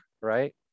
right